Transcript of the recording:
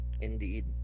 Indeed